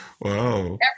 Wow